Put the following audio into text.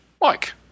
Mike